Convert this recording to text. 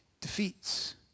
defeats